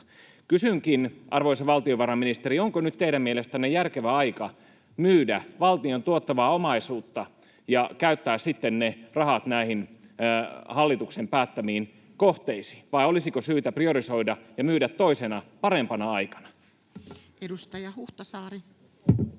Kysynkin, arvoisa valtiovarainministeri, onko teidän mielestänne nyt järkevä aika myydä valtion tuottavaa omaisuutta ja käyttää ne rahat sitten näihin hallituksen päättämiin kohteisiin, vai olisiko syytä priorisoida ja myydä toisena, parempana aikana. Edustaja Huhtasaari.